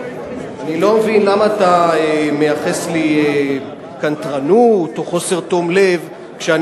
אני לא מבין למה אתה מייחס לי קנטרנות או חוסר תום לב כשאני